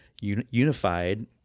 unified